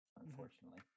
unfortunately